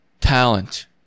talent